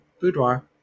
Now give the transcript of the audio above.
boudoir